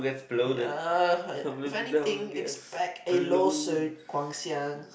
ya if anything expect a lawsuit Guang-Xiang